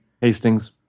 Hastings